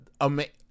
amazing